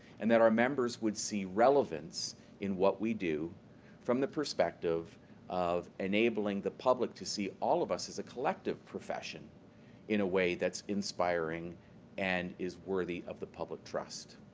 and that our members would see relevance in what we do from the perspective of enabling the public to see all of us as a collective profession in a way that's inspiring and is worthy of the public trust.